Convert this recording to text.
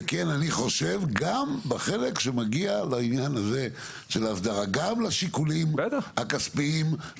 אני חושב שגם בחלק שמגיע לעניין הזה של האסדרה וגם בשיקולים הכספיים.